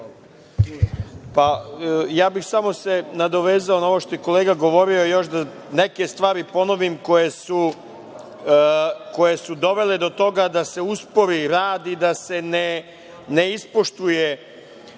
Samo bih se nadovezao na ovo što je kolega govorio, još da neke stvari ponovim koje su dovele do toga da se uspori rad i da se ne ispoštuje